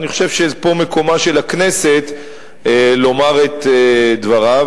אני חושב שפה מקומה של הכנסת לומר את דבריה,